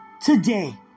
today